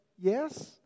yes